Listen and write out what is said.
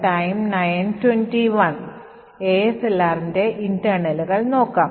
ASLRന്റെ ഇന്റേണലുകൾ നോക്കാം